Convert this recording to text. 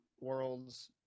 Worlds